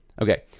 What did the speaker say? Okay